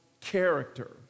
character